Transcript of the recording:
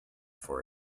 for